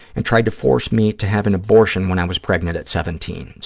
and tried to force me to have an abortion when i was pregnant at seventeen.